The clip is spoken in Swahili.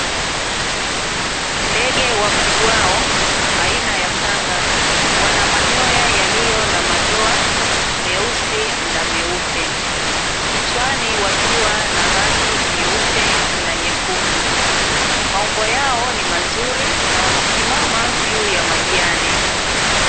Ndege wafugwao aina ya Kanga wana manyoya yaliyo na madoa meusi na meupe, kichwani wakiwa na rangi nyeupe na nyekundu, maumbo yao ni mazuri na wamesimama juu ya majani.